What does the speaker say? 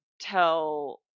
tell